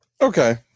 Okay